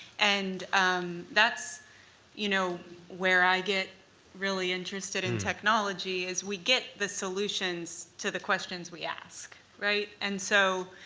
and um that's you know where i get really interested in technology is, we get the solutions to the questions we ask, right? and so